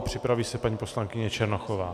Připraví se paní poslankyně Černochová.